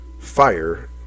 fire